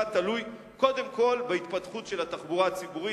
תלויים קודם כול בהתפתחות של התחבורה הציבורית.